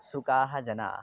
उत्सुकाः जनाः